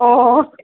অঁ